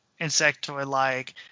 insectoid-like